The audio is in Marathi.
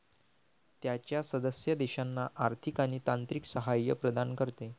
त्याच्या सदस्य देशांना आर्थिक आणि तांत्रिक सहाय्य प्रदान करते